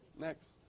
Next